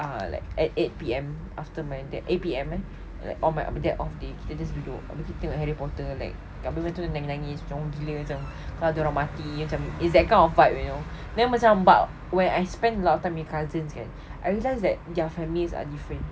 uh like at eight P_M after my that eight P_M eh like all on my apa dia off day kita just duduk habis kita tengok harry potter like kami pun tu nangis nangis hujung gila pun macam kau orang mati macam it's that kind of vibe you know then macam but when I spend a lot of time with cousins kan I realise that their families are different